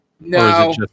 No